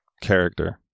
character